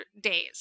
days